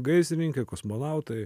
gaisrininkai kosmonautai